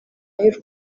y’u